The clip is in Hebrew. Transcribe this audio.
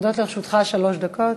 עומדות לרשותך שלוש דקות.